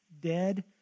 dead